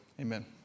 Amen